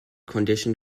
condition